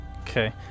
Okay